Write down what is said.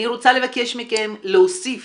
אני רוצה לבקש מכם להוסיף